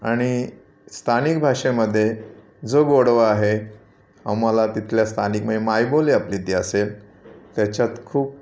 आणि स्थानिक भाषेमध्ये जो गोडवा आहे आम्हाला तिथल्या स्थानिक म्हणजे मायबोली आपली ती असेल त्याच्यात खूप